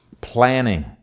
planning